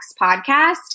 podcast